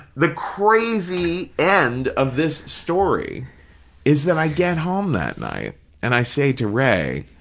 the crazy end of this story is that i get home that night and i say to ray,